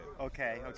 okay